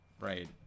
Right